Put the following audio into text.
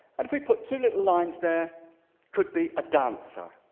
and if we put two little lines there could be a dancer.